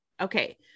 Okay